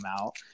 out